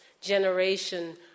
generation